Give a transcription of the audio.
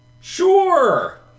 Sure